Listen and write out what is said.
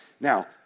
Now